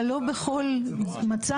אבל לא בכל מצב.